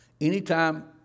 Anytime